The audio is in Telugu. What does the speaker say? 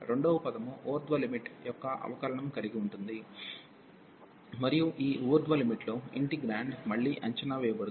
రెండవ పదము ఊర్ధ్వ లిమిట్ యొక్క అవకలనం కలిగి ఉంటుంది మరియు ఈ ఊర్ధ్వ లిమిట్ లో ఇంటిగ్రేండ్ మళ్లీ అంచనా వేయబడుతుంది